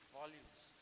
volumes